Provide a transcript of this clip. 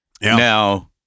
now